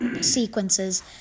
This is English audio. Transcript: sequences